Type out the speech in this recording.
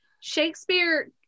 Shakespeare